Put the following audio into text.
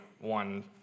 one